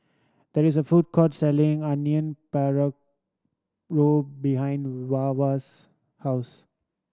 there is a food court selling Onion behind Wava's house